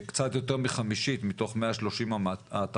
קצת יותר מחמישית מתוך 130 האתרים